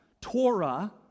Torah